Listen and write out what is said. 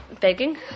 begging